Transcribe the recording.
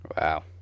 wow